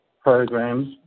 programs